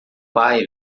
pai